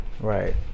right